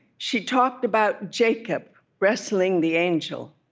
she talked about jacob wrestling the angel.